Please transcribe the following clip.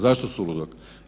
Zašto suludog?